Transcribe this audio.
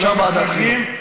אפשר לוועדת החינוך.